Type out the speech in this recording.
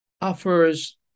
offers